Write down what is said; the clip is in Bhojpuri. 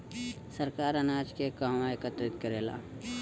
सरकार अनाज के कहवा एकत्रित करेला?